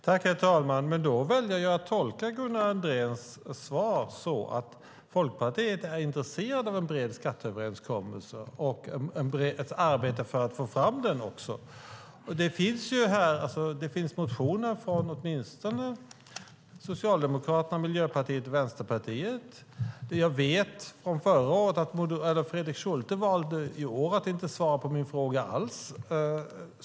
Herr talman! Då väljer jag att tolka Gunnar Andréns svar så att Folkpartiet är intresserat av en bred skatteöverenskommelse och av att arbeta för att få fram en sådan också. Där finns det motioner från åtminstone Socialdemokraterna, Miljöpartiet och Vänsterpartiet. Fredrik Schulte valde i år att inte svara på min fråga alls.